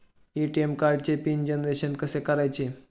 ATM कार्डचे PIN generation कसे करायचे?